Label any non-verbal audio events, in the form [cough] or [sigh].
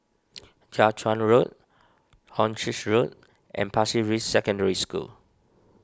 [noise] Jiak Chuan Road Hornchurch Road and Pasir Ris Secondary School